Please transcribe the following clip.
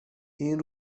این